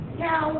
now